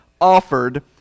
offered